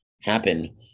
happen